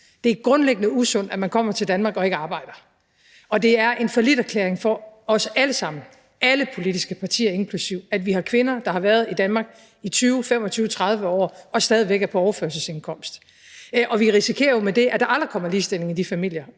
Det er grundlæggende usundt, at man kommer til Danmark og ikke arbejder. Og det er en falliterklæring for os alle sammen, alle politiske partier inklusive, at vi har kvinder, der har været i Danmark i 20, 25, 30 år og stadig væk er på overførselsindkomst. Vi risikerer jo med det, at der aldrig kommer ligestilling i de familier,